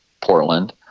Portland